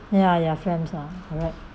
ya ya phlegms lah correct